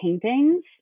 paintings